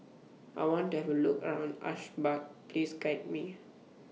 I want to Have A Look around Ashgabat Please Guide Me